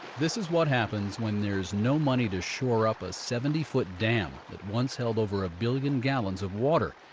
this is what happens when there's no money to shore up a seventy foot dam that once held over a billion gallons of water.